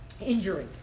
injury